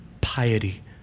piety